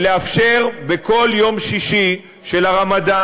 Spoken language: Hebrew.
ולאפשר בכל יום שישי של הרמדאן,